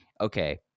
okay